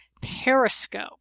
Periscope